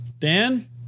Dan